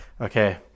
Okay